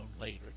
later